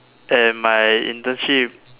and my internship